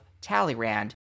Talleyrand